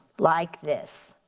like this.